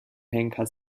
henker